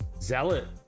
Zealot